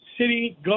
city